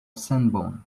sanborn